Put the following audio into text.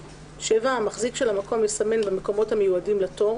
(7)המחזיק של המקום יסמן במקומות המיועדים לתור,